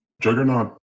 Juggernaut